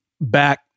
back